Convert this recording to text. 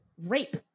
rape